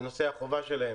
נושאי החובה הם: